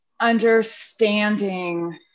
understanding